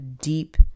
deep